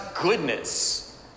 goodness